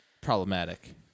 problematic